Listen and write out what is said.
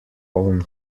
own